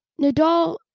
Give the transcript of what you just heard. Nadal